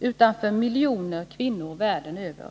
utan för miljoner kvinnor världen över.